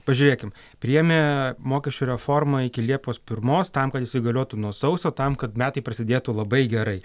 pažiūrėkim priėmė mokesčių reformą iki liepos pirmos tam kad įsigaliotų nuo sausio tam kad metai prasidėtų labai gerai